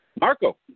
Marco